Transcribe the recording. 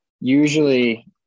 usually